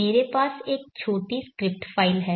मेरे पास एक छोटी स्क्रिप्ट फ़ाइल है